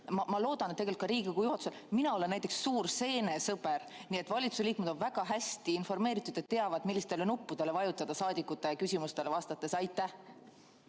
Ma loodan, et ka Riigikogu juhatusel. Mina olen näiteks suur seenesõber. Nii et valitsuse liikmed on väga hästi informeeritud ja teavad, millistele nuppudele vajutada saadikute küsimustele vastates. Aitäh!